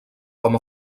com